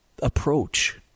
approach